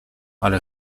ale